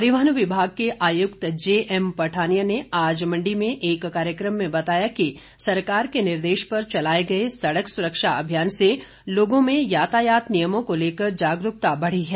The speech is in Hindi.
परिवहन विभाग के आयुक्त जेएम पठानिया ने आज मण्डी में एक कार्यक्रम में बताया कि सरकार के निर्देश पर चलाए गए सड़क सुरक्षा अभियान से लोगों में यातायात नियमों को लेकर जागरूकता बढ़ी है